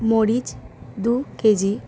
মরিচ দু কেজি